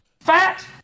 fat